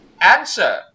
Answer